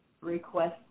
request